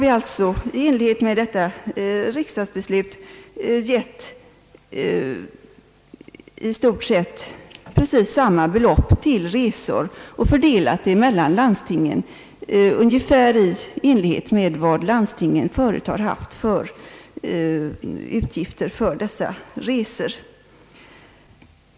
Vi har i enlighet med riksdagsbeslutet anvisat i stort sett samma belopp som tidigare till resor och fördelat det mellan landstingen så att de fått ungefär vad de förut utbetalt för dessa resor.